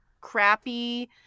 crappy